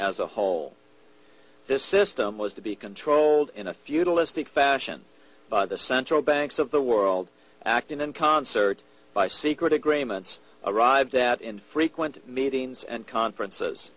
as a whole this system was to be controlled in a feudalistic fashion by the central banks of the world acting in concert by secret agreements arrived at infrequent meetings and conferences